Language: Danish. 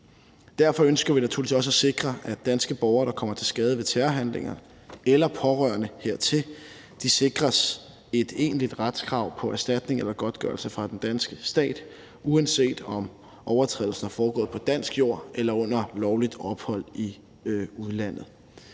også at sikre, at danske borgere, der kommer til skade ved terrorhandlinger, eller pårørende hertil sikres et egentligt retskrav på erstatning eller godtgørelse fra den danske stat, uanset om overtrædelsen er foregået på dansk jord eller under lovligt ophold i udlandet.